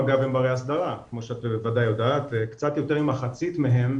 אגב הם בריי הסדרה - כמו שאת וודאי יודעת - קצת יותר ממחצית מהם,